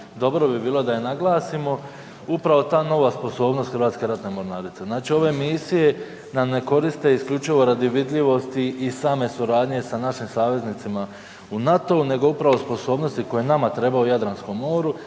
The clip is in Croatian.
dobro bi bilo da je naglasimo, upravo ta nova sposobnost Hrvatske ratne mornarice. Znači, ove misije nam ne koriste isključivo radi vidljivosti i same suradnje sa našim saveznicima u NATO-u nego upravo sposobnosti koje nama trebaju u Jadranskom moru,